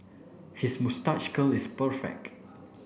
his moustache curl is perfect